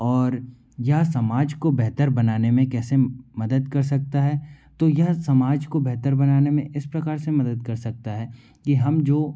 और यह समाज को बेहतर बनाने में कैसे मदद कर सकता है तो यह समाज को बेहतर बनाने में इस प्रकार से मदद कर सकता है की हम जो